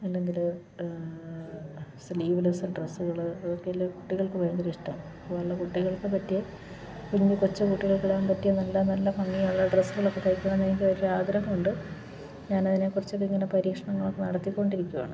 അല്ലെങ്കിൽ സ്ലീവ്ലെസ് ഡ്രസ്സുകൾ അതൊക്കെ അല്ലേ കുട്ടികൾക്ക് ഭയങ്കര ഇഷ്ടം അതുപോലുള്ള കുട്ടികൾക്ക് പറ്റിയ കുഞ്ഞ് കൊച്ചു കുട്ടികൾക്ക് ഇടാൻ പറ്റിയ നല്ല നല്ല ഭംഗിയായ ഡ്രസ്സുകളൊക്കെ തയ്ക്കാൻ എനിക്ക് ഒരു ആഗ്രഹമുണ്ട് ഞാൻ അതിനെ കുറിച്ചൊക്കെ ഇങ്ങനെ പരീക്ഷണങ്ങളൊക്കെ നടത്തി കൊണ്ടിരിക്കുകയാണ്